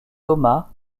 thomas